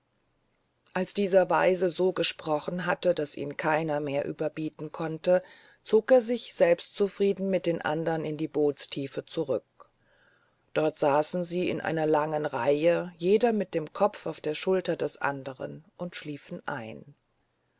als dieser weise so gesprochen hatte daß ihn keiner mehr überbieten konnte zog er sich selbstzufrieden mit den andern in die bootstiefe zurück dort saßen sie in langer reihe jeder mit dem kopf auf der schulter des andern und schliefen ein